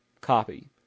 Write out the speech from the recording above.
copy